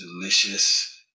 delicious